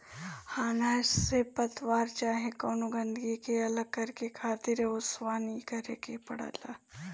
अनाज से पतवार चाहे कवनो गंदगी के अलग करके खातिर ओसवनी करे के पड़त हवे